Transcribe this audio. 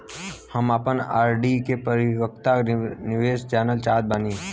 हम आपन आर.डी के परिपक्वता निर्देश जानल चाहत बानी